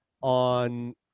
on